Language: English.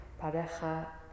pareja